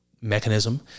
mechanism